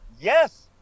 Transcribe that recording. Yes